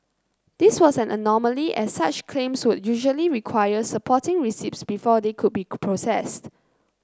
this was an anomaly as such claims would usually require supporting receipts before they could be processed